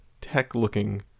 tech-looking